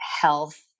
health